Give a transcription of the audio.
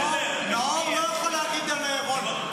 נאור לא יכול להגיד על רוני.